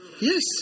Yes